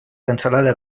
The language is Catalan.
cancel·lada